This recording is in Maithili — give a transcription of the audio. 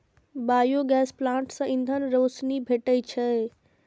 बायोगैस प्लांट सं ईंधन, रोशनी भेटै छै